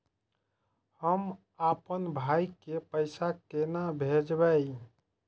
हम आपन भाई के पैसा केना भेजबे?